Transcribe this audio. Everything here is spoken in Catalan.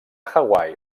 hawaii